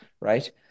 right